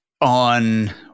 on